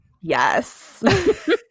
Yes